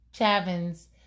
Chavin's